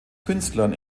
künstlern